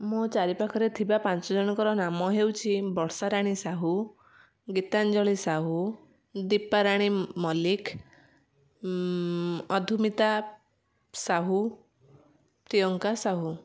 ମୋ ଚାରି ପାଖରେ ଥିବା ପାଞ୍ଚ ଜଣଙ୍କର ନାମ ହେଉଛି ବର୍ଷାରାଣୀ ସାହୁ ଗୀତାଞ୍ଜଳି ସାହୁ ଦୀପାରାଣୀ ମ ମଲ୍ଲିକ ମଧୁମିତା ସାହୁ ପ୍ରିୟଙ୍କା ସାହୁ